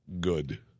good